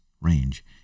range